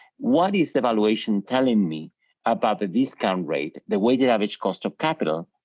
what is the valuation telling me about the discount rate, the weighted average cost of capital,